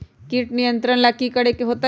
किट नियंत्रण ला कि करे के होतइ?